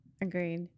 agreed